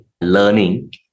learning